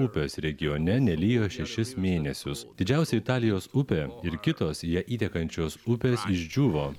upės regione nelijo šešis mėnesius didžiausia italijos upė ir kitos į ją įtekančios upės išdžiūvo